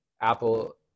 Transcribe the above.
Apple